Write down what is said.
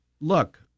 look